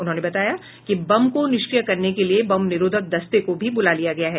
उन्होंने बताया कि बम को निष्क्रिय करने के लिए बम निरोधक दस्ते को भी बुला लिया गया है